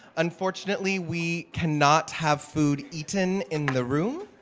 unfortunately we cannot have food eaten in the room